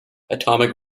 atomic